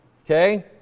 Okay